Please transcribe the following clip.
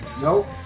Nope